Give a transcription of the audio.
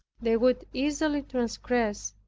they would easily transgress,